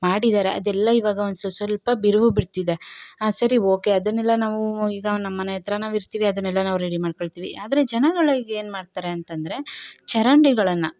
ಮಾಡಿದ್ದಾರೆ ಅದೆಲ್ಲ ಇವಾಗ ಒಂದು ಸಸಲ್ಪ ಬಿರುಕು ಬಿಡ್ತಿದೆ ಹಾಂ ಸರಿ ಓಕೆ ಅದನ್ನೆಲ್ಲ ನಾವು ಈಗ ನಮ್ಮ ಮನೆ ಹತ್ರ ನಾವು ಇರ್ತೀವಿ ಅದನ್ನೆಲ್ಲ ನಾವು ರೆಡಿ ಮಾಡ್ಕೊಳ್ತೀವಿ ಆದರೆ ಜನಗಳಿಗೇನು ಮಾಡ್ತಾರೆ ಅಂತಂದರೆ ಚರಂಡಿಗಳನ್ನು